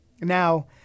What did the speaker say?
Now